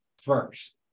first